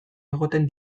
egoten